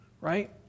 right